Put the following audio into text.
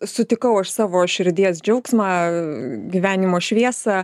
sutikau aš savo širdies džiaugsmą gyvenimo šviesą